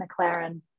mclaren